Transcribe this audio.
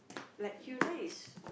like Hyuna is